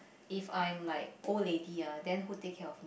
if I'm like old lady ah then who take care of